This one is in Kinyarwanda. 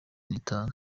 nitanu